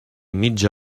mitja